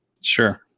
Sure